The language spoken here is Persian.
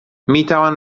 میتوان